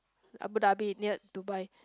Abu-Dhabi near Dubai